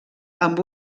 amb